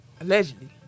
Allegedly